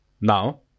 Now